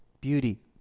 beauty